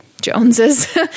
Joneses